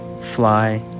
fly